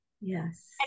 yes